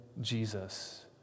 Jesus